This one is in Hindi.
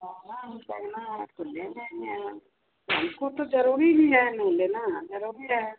सौदा हमें करना है तो लेंगे ही हम हमको तो ज़रूरी भी है न लेना ज़रूरी है